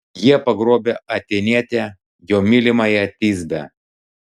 jie pagrobę atėnietę jo mylimąją tisbę